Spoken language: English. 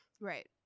Right